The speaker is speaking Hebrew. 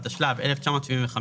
התשל"ו-1975,